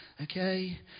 Okay